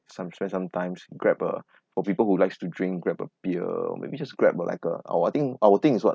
some spend some times grab a for people who likes to drink grab a beer maybe just grab a like a our thing our thing is what